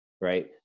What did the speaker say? Right